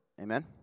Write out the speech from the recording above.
Amen